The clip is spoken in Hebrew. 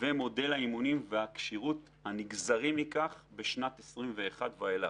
ומודל האימונים והכשירות הנגזרים מכך משנת 2021 ואילך.